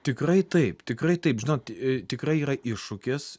tikrai taip tikrai taip žinot tikrai yra iššūkis